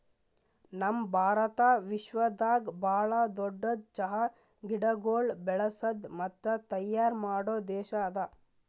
ನಮ್ ಭಾರತ ವಿಶ್ವದಾಗ್ ಭಾಳ ದೊಡ್ಡುದ್ ಚಹಾ ಗಿಡಗೊಳ್ ಬೆಳಸದ್ ಮತ್ತ ತೈಯಾರ್ ಮಾಡೋ ದೇಶ ಅದಾ